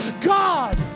God